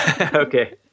Okay